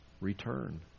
return